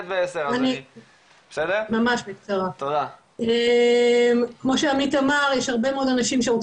כל הנושא של ההון שנדרש